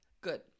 Good